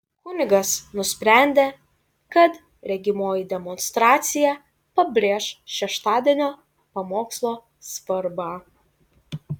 kunigas nusprendė kad regimoji demonstracija pabrėš šeštadienio pamokslo svarbą